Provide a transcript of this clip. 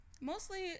mostly